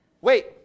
Wait